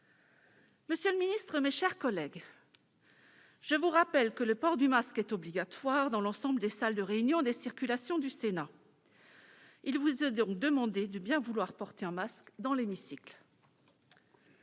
Monsieur le garde des sceaux, mes chers collègues, je vous rappelle que le port du masque est obligatoire dans l'ensemble des salles de réunion et des circulations du Sénat. Il vous est donc demandé de bien vouloir en porter un dans l'hémicycle.